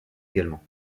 également